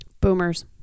boomers